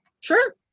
Sure